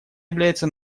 является